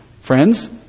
Friends